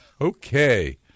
Okay